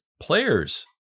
players